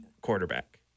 quarterback